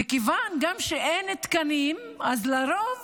וכיוון שגם אין תקנים, אז לרוב